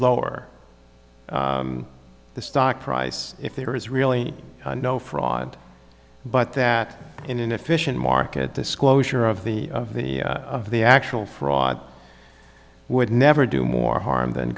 lower the stock price if there is really no fraud but that in an efficient market disclosure of the of the of the actual fraud would never do more harm than